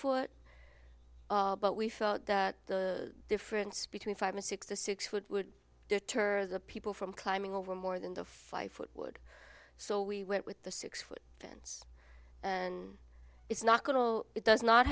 tall but we felt that the difference between five and six to six would would deter the people from climbing over more than the five foot would so we went with the six foot fence and it's not going to it does not